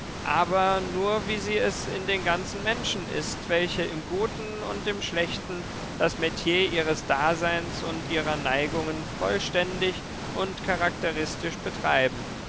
aber nur wie sie es in den ganzen menschen ist welche im guten und im schlechten das metier ihres daseins und ihrer neigungen vollständig und charakteristisch betreiben